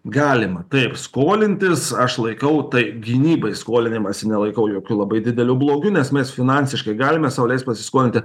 galima taip skolintis aš laikau tai gynybai skolinimąsi nelaikau jokiu labai dideliu blogiu nes mes finansiškai galime sau leist pasiskolinti